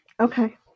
Okay